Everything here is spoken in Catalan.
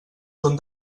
són